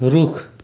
रुख